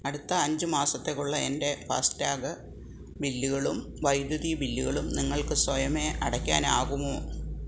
അടുത്ത അഞ്ച് മാസത്തേക്കുള്ള എൻ്റെ ഫാസ്ടാഗ് ബില്ലുകളും വൈദ്യുതി ബില്ലുകളും നിങ്ങൾക്ക് സ്വയമേ അടയ്ക്കാനാകുമോ